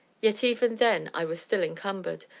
yet even then i was still encumbered,